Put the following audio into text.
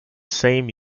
same